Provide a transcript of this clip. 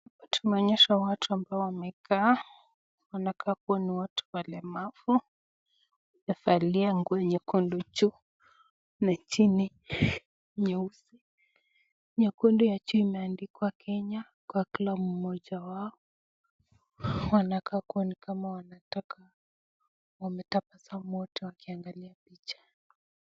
Tumeaonyeshwa watu ambao wamekaa, wanakaa kuwa ni watu walemavu wamevalia nguo nyekundu juu, na chini nyeusi, nyekundu ya juu imeandikwa Kenya kwa kila mmoja wao, wanakaa kuwa wametabasamu wote wakiangalia picha.